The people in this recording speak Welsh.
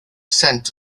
sent